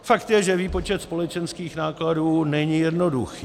Fakt je, že výpočet společenských nákladů není jednoduchý.